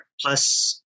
Plus